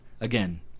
again